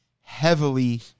heavily